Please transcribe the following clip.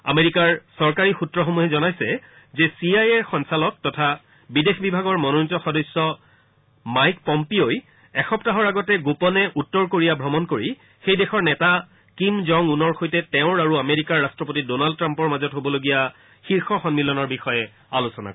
আমেৰিকাৰ চৰকাৰী সূত্ৰসমূহে জনাইছে যে চি আই এৰ সঞ্চালক তথা বিদেশ বিভাগৰ মনোনীত সদস্য মাইক পম্পিঅই এসপ্তাহৰ আগতে গোপনে উত্তৰ কোৰিয়া অমণ কৰি সেই দেশৰ নেতা কিম জং উনৰ সৈতে তেওঁৰ আমেৰিকাৰ ৰাষ্ট্ৰপতি ড'নাল্ড ট্ৰাম্পৰ মাজত হ'বলগীয়া শীৰ্ষ সন্মিলনৰ বিষয়ে আলোচনা কৰে